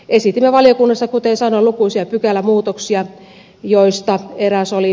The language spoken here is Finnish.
esitimme valiokunnassa kuten sanoin lukuisia pykälämuutoksia joista eräs oli